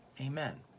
Amen